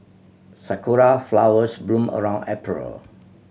sakura flowers bloom around April